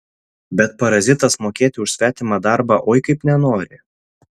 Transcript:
bet parazitas mokėti už svetimą darbą oi kaip nenori